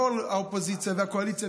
כל האופוזיציה והקואליציה,